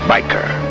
Biker